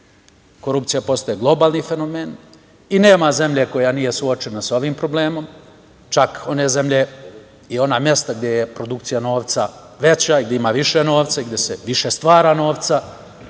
korupcija postaje globalni fenomen i nema zemlje koja nije suočena sa ovim problemom, čak one zemlje i ona mesta gde je produkcija novca veća i gde ima više novca i gde se više stvara novca.